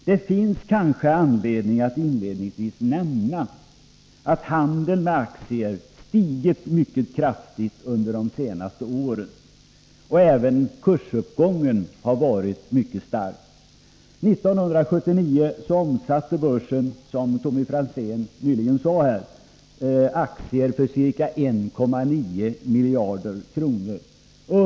Det finns kanske anledning att inledningsvis nämna att handeln med aktier har ökat mycket kraftigt under de senaste åren. Även kursuppgången har varit mycket stark. År 1979 omsatte börsen, som Tommy Franzén sade, aktier för ca 1,9 miljarder kronor.